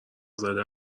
زده